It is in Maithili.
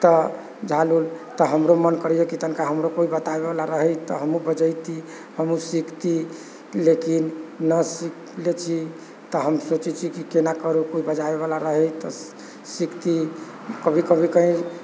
तऽ झाल उल तऽ हमरो मोन करैए कि तनिका हमरो कोइ बताबैवला रहै तऽ हमहुँ बजैती हमहुँ सीखती लेकिन नहि सिख लै छी तऽ हम सोचै छी कि केना करू कोइ बजाबैवला रहै तऽ सिखती कभी कभी कहीं